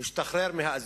השתחרר מהאזיקים,